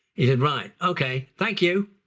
he said right, okay thank you.